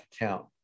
account